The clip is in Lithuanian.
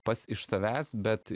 pats iš savęs bet